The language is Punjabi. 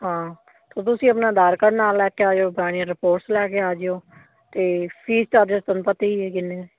ਹਾਂ ਅਤੇ ਤੁਸੀਂ ਆਪਣਾ ਆਧਾਰ ਕਾਰਡ ਨਾਲ ਲੈ ਕੇ ਆਇਓ ਪੁਰਾਣੀਆਂ ਰਿਪੋਰਟਸ ਲੈ ਕੇ ਆ ਜਿਓ ਅਤੇ ਫੀਸ ਚਾਰਜਿਸ ਤੁਹਾਨੂੰ ਪਤਾ ਹੀ ਹੈ ਕਿੰਨੇ ਨੇ